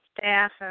staff